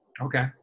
Okay